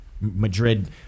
Madrid